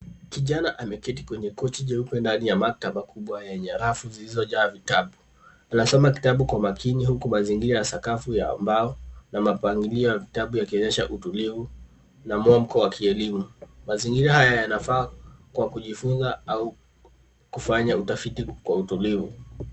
Kijana ameketi kwenye kochi jeupe ndani ya maktaba kubwa yenye rafu zilizojaa vitabu. Anasoma kitabu kwa makini huku mazigira ya sakafu ya bao na mapagilio ya vitabu yakionyesha utulivu na mwamko wa kielimu. Mazigira haya yana faa kwa kujifunza au kufanya utafafiti kwa utulivu.